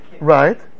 Right